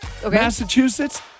Massachusetts